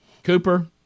Cooper